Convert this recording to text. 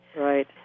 Right